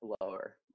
lower